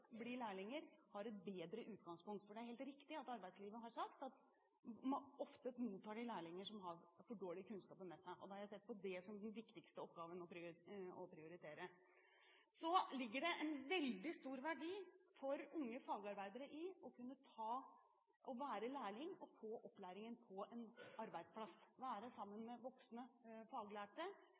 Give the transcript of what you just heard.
blir lærlinger, har et bedre utgangspunkt. For det er helt riktig at arbeidslivet har sagt at de ofte mottar lærlinger som har for dårlige kunnskaper med seg. Jeg har sett på det som den viktigste oppgaven å prioritere. Så ligger det en veldig stor verdi for unge fagarbeidere i å kunne være lærling og få opplæring på en arbeidsplass, være sammen med voksne faglærte,